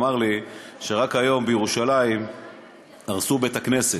אמר לי שרק היום בירושלים הרסו בית-כנסת,